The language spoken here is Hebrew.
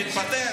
תתפטר.